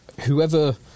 whoever